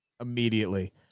Immediately